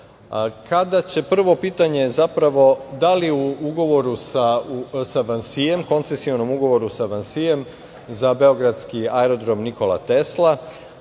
kada će, prvo pitanje zapravo, da li u ugovoru sa Vansiem, koncesionom ugovoru sa Vansiem, za beogradski aerodrom „Nikola Tesla“